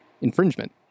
infringement